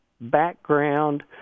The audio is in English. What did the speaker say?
background